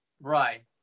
Right